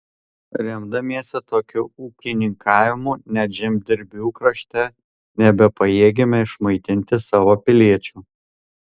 remdamiesi tokiu ūkininkavimu net žemdirbių krašte nebepajėgėme išmaitinti savo piliečių